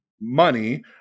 money